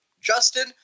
Justin